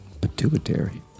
pituitary